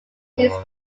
his